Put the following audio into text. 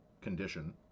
condition